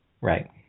Right